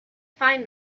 find